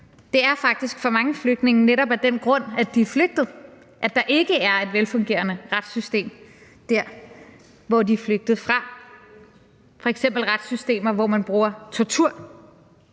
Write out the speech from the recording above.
det danske. For mange flygtninge er det faktisk netop af den grund, at de er flygtet, altså at der ikke er et velfungerende retssystem der, hvor de er flygtet fra. Der kan f.eks. være retssystemer, hvor man bruger tortur